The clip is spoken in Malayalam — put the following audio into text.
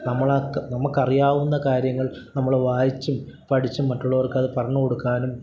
നമുക്കറിയാവുന്ന കാര്യങ്ങൾ നമ്മൾ വായിച്ചും പഠിച്ചും മറ്റുള്ളവർക്കത് പറഞ്ഞുകൊടുക്കാനും